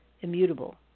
immutable